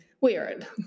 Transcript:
weird